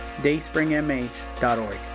dayspringmh.org